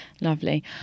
lovely